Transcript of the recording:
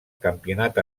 campionat